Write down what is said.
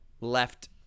left